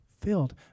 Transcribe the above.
filled